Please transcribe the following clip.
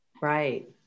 Right